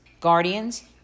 guardians